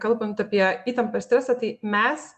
kalbant apie įtampą ir stresą tai mes